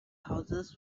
houses